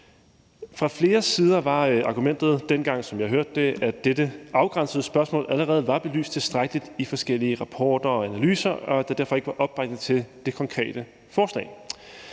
dengang, som jeg hørte det, at dette afgrænsede spørgsmål allerede var belyst tilstrækkeligt i forskellige rapporter og analyser, og derfor var der ikke opbakning til det konkrete forslag.